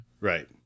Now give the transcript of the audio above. Right